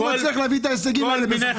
הוא הצליח להביא את ההישגים האלה בסופו של דבר.